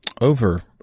over